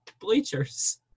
bleachers